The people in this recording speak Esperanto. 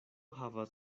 havas